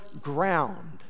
ground